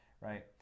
right